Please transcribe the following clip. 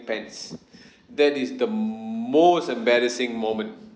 pants that is the most embarrassing moment